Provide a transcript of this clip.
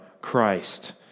Christ